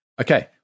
Okay